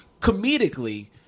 comedically